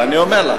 אנחנו מוותרים.